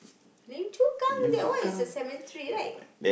Lim-Chu-Kang that one is a cemetery right